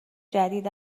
جدید